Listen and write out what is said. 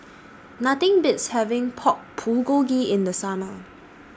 Nothing Beats having Pork Bulgogi in The Summer